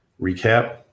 recap